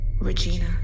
Regina